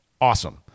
awesome